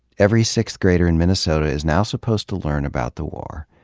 every sixth grader in minnesota is now supposed to learn about the war,